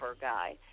guy